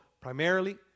primarily